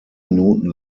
minuten